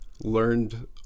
Learned